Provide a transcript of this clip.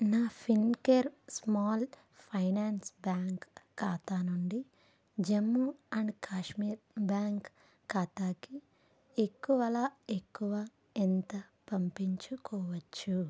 నా Fincare small finance bank ఖాతా నుండి జమ్ము అండ్ కాశ్మీర్ బ్యాంక్ ఖాతాకి ఎక్కువలో ఎక్కువ ఎంత పంపించుకోవచ్చు